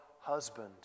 husband